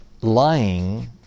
Lying